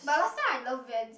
but last time I love Vans